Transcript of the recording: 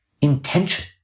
intention